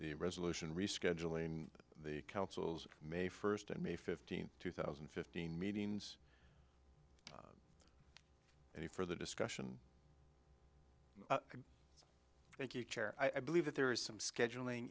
the resolution rescheduling the council's may first and may fifteenth two thousand and fifteen meetings and a further discussion thank you chair i believe that there are some scheduling